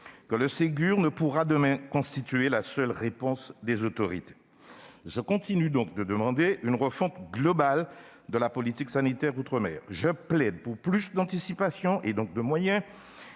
de la santé ne pourra, demain, constituer la seule réponse des autorités. Je continue donc de demander une refonte globale de la politique sanitaire outre-mer. Je plaide pour plus d'anticipation et donc de moyens.